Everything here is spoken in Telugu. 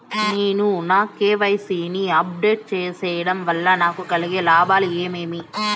నేను నా కె.వై.సి ని అప్ డేట్ సేయడం వల్ల నాకు కలిగే లాభాలు ఏమేమీ?